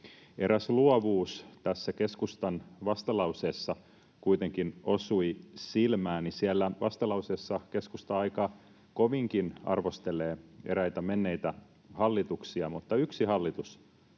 Eräs luovuus tässä keskustan vastalauseessa kuitenkin osui silmääni. Siellä vastalauseessa keskusta aika kovastikin arvostelee eräitä menneitä hallituksia. Mutta yksi hallitus